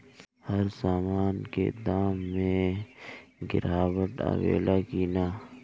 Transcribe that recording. हर सामन के दाम मे गीरावट आवेला कि न?